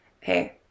hey